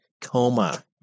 coma